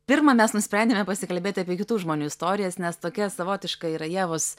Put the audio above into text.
pirma mes nusprendėme pasikalbėti apie kitų žmonių istorijas nes tokia savotiška yra ievos